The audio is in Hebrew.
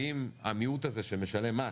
ואם המיעוט הזה שמשלם מס